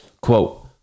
Quote